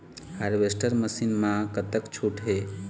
Harvester machine मा कतका छूट हे?